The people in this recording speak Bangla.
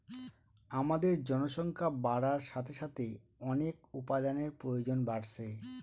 আমাদের জনসংখ্যা বাড়ার সাথে সাথে অনেক উপাদানের প্রয়োজন বাড়ছে